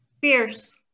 Fierce